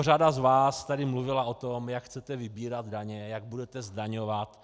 Řada z vás tady mluvila o tom, jak chcete vybírat daně, jak budete zdaňovat.